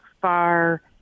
far